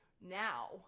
now